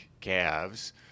calves